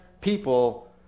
people